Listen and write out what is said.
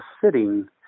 sitting